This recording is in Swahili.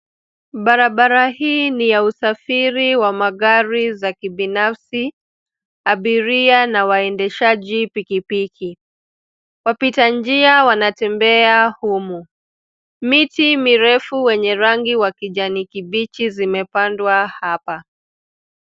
Barabara hii ni ya usafiri wa magari za kibinafsi, abiria na waendeshaji pikipiki. Wapita njia wanatembea humu. Miti mirefu wenye rangi wa kijani kibichi zimepandwa hapa.